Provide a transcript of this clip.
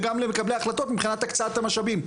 וגם למקבלי החלטות מבחינת הקצאת המשאבים,